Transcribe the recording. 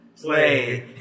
Play